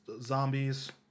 zombies